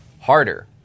harder